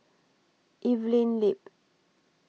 Evelyn Lip